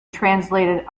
translated